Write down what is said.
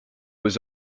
was